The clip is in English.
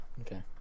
Okay